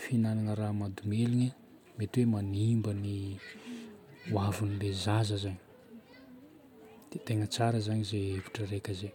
fihinana raha mahadomeligna mety hoe manimba ny hoavin'ilay zaza zagny. Dia tegna tsara zagny izay hevitra raika izay.